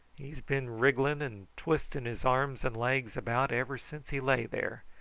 he's been wriggling and twisting his arms and legs about ever since he lay there.